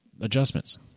adjustments